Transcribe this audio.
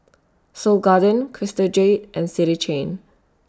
Seoul Garden Crystal Jade and City Chain